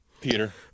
Peter